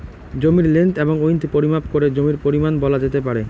জমির লেন্থ এবং উইড্থ পরিমাপ করে জমির পরিমান বলা যেতে পারে